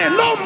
no